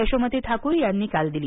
यशोमती ठाकूर यांनी काल दिली